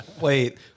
Wait